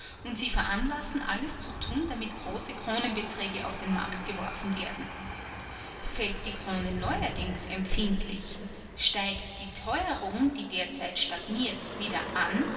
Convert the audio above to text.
und sie veranlassen alles zu tun damit große kronenbeträge auf den markt geworfen werden fällt die krone neuerdings empfindlich steigt die teuerung die derzeit stagniert wieder an